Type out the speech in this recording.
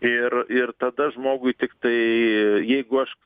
ir ir tada žmogui tiktai jeigu aš